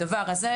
הדבר הזה,